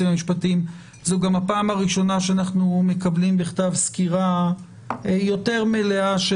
המשפטיים זו גם הפעם הראשונה שאנחנו מקבלים מכתב סקירה יותר מלאה של